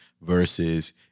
versus